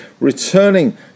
returning